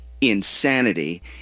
insanity